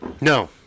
No